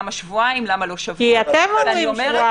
למה לא שבוע- -- כי אתם אומרים שבועיים.